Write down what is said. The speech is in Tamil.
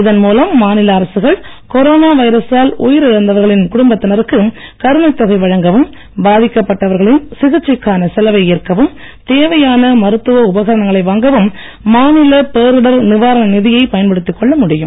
இதன் மூலம் மாநில அரசுகள் கொரோனா வைரஸால் உயிரிழந்தவர்களின் குடும்பத்தினருக்கு கருணைத் தொகை வழங்கவும் பாதிக்கப் பட்டவர்களின் சிகிச்சைக்கான செலவை ஏற்கவும் தேவையான மருத்துவ உபகரணங்களை வாங்கவும் மாநில பேரிடர் நிவாரண நிதியை பயன்படுத்திக் கொள்ள முடியும்